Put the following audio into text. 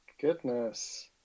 goodness